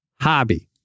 hobby